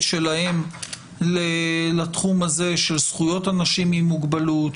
שלהם לתחום הזה של זכויות אנשים עם מוגבלות,